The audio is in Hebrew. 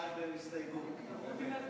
הסתייגות.